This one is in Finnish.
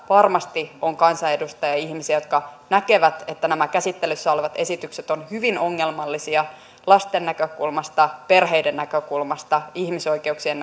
varmasti on kansanedustajaihmisiä jotka näkevät että nämä käsittelyssä olevat esitykset ovat hyvin ongelmallisia lasten näkökulmasta perheiden näkökulmasta ihmisoikeuksien